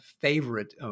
favorite